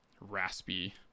raspy